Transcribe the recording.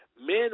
men